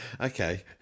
Okay